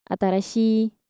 Atarashi